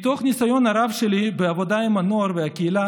מתוך הניסיון הרב שלי בעבודה עם הנוער והקהילה